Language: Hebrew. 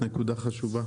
נקודה חשובה.